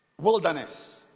wilderness